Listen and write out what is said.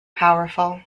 powerful